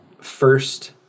first